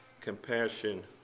compassion